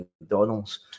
McDonald's